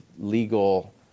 legal